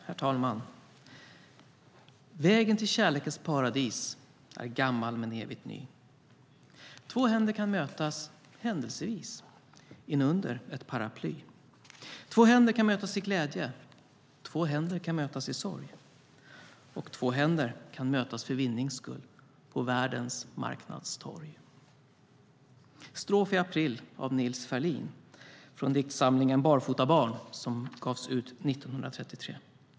Herr talman! Vägen till kärlekens paradis är gammal men evigt ny: Två händer kan mötas - händelsevis, inunder ett paraply. Två händer kan mötas i glädje, Två händer kan mötas i sorg. Och två händer kan mötas för vinnings skull på världens marknadstorg. Det var dikten Strof i april av Nils Ferlin, från diktsamlingen Barfotabarn som gavs ut 1933.